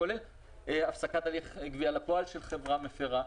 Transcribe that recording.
כולל הפסקת הליך גבייה בפועל של חברה מפרה.